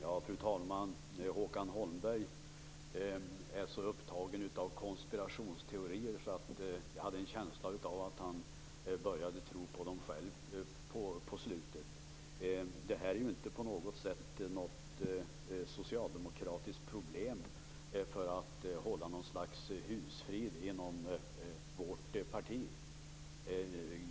Fru talman! Håkan Holmberg var så upptagen av konspirationsteorier att jag fick en känsla av att han i slutet av sitt anförande själv började tro på dem. Det här är inte på något sätt ett socialdemokratiskt problem för att behålla ett slags husfrid inom vårt parti.